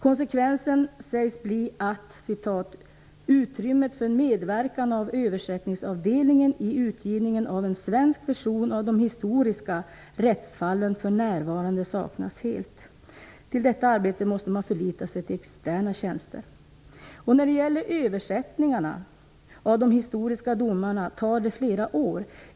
Konsekvensen sägs bli att utrymmet för medverkan av översättningsavdelningen i utgivningen av en svensk version av de historiska rättsfallen för närvarande saknas helt. I detta arbete måste man förlita sig till externa tjänster. Översättningarna av de historiska domarna tar flera år.